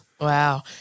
Wow